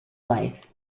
life